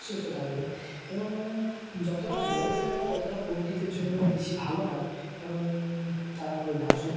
সুস্থ থাকবে এবং যতটা বড়ো জায়গা ততটা পোলট্রিদের জন্য বেশি ভালো হয় কারণ তারা খুব লাজুক